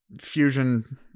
Fusion